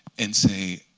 and say